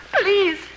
Please